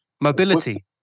Mobility